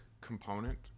component